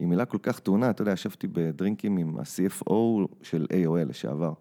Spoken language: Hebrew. עם מילה כל כך טעונה, אתה יודע, ישבתי בדרינקים עם ה-CFO של AOL לשעבר.